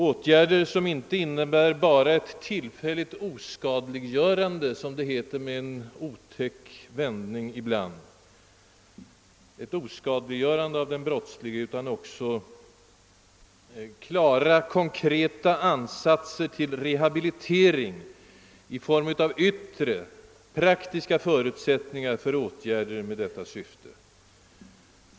Åtgärderna får ju inte enbart innebära ett tillfälligt oskadliggörande, som det ibland med en otäck formulering heter, av den brottslige utan måste bestå av konkreta ansatser till verklig rehabilitering i form av yttre, praktiska förutsättningar med just detta positiva syfte.